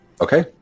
Okay